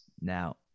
Now